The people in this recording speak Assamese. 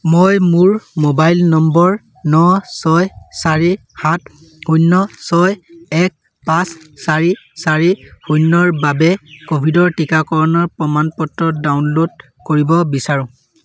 মই মোৰ মোবাইল নম্বৰ ন ছয় চাৰি সাত শূন্য ছয় এক পাঁচ চাৰি চাৰি শূন্যৰ বাবে ক'ভিডৰ টিকাকৰণৰ প্ৰমাণ পত্ৰ ডাউনল'ড কৰিব বিচাৰোঁ